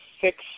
six